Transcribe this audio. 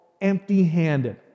empty-handed